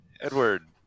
Edward